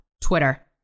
Twitter